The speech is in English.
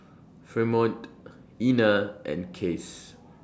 Fremont Ina and Case